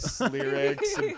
lyrics